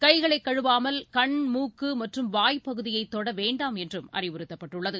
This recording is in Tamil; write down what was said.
கைகளை கழுவாமல் கண் மூக்கு மற்றும் வாய் பகுதியை தொட வேண்டாம் என்றும் அறிவுறுத்தப்பட்டுள்ளது